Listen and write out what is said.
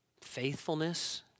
faithfulness